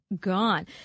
gone